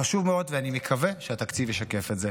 זה חשוב מאוד, ואני מקווה שהתקציב ישקף את זה.